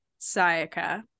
Sayaka